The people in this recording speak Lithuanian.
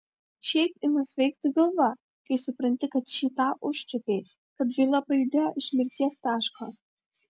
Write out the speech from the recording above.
šiaip ima svaigti galva kai supranti kad šį tą užčiuopei kad byla pajudėjo iš mirties taško